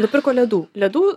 nupirko ledų ledų